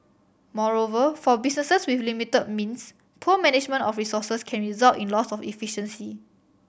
moreover for businesses with limited means poor management of resources can result in loss of efficiency